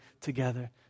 together